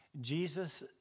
Jesus